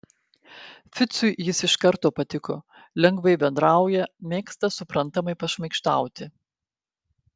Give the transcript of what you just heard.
ficui jis iš karto patiko lengvai bendrauja mėgsta suprantamai pašmaikštauti